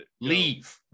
leave